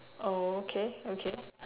oh okay okay